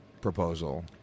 proposal